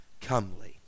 comely